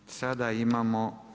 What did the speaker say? Sada imamo.